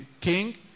king